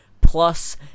plus